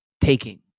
taking